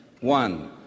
One